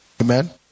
Amen